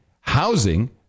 housing